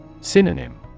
Synonym